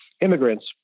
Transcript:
immigrants